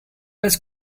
was